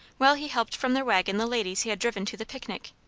while he helped from their waggon the ladies he had driven to the picnic.